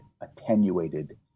attenuated